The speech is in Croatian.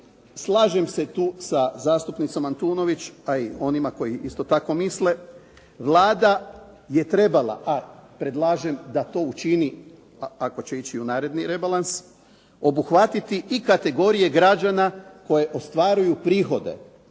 slažem se tu sa zastupnicom Antunović pa onima koji isto tako misle, Vlada je trebala a predlažem da to učini ako će ići na naredni rebalans, obuhvatiti i kategorije građana koji ostvaruju prihode